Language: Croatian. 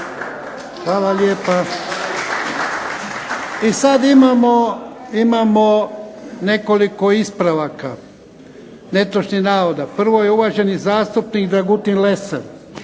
Hvala lijepa. Sada imamo nekoliko ispravaka netočnih navoda. Prvo je uvaženi zastupnik Dragutin Lesar.